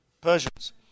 Persians